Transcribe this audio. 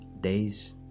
Days